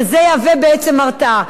וזה יהווה בעצם הרתעה.